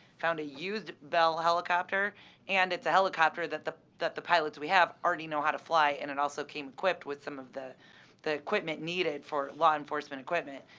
found a used bell helicopter and it's a helicopter that the that the pilots we have already know how to fly. and it also came equipped with some of the the equipment needed for law enforcement equipment.